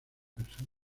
persona